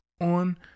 on